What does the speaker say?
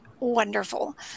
Wonderful